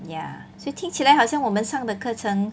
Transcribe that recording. ya 所以听起来好像我们上的课程